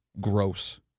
gross